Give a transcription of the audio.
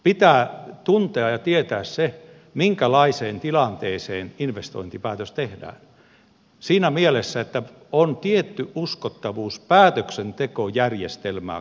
pitää tuntea ja tietää se minkälaiseen tilanteeseen investointipäätös tehdään siinä mielessä että on tietty uskottavuus päätöksentekojärjestelmää kohtaan